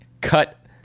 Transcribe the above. cut